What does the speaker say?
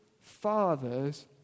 Father's